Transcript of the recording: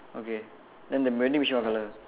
okay then the vending machine what color